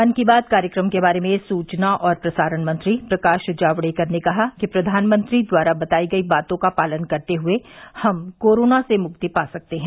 मन की बात कार्यक्रम के बारे में सूचना और प्रसारण मंत्री प्रकाश जावड़ेकर ने कहा कि प्रधानमंत्री द्वारा बताई गई बातों का पालन करते हुए हम कोरोना से मुक्ति पा सकते हैं